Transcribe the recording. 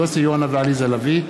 יוסי יונה ועליזה לביא,